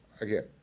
Again